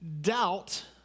doubt